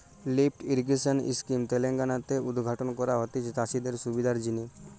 lift irrigation scheme Telangana তে উদ্ঘাটন করা হতিছে চাষিদের সুবিধার জিনে